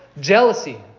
Jealousy